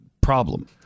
problem